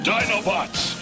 Dinobots